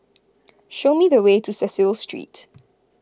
show me the way to Cecil Street